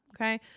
okay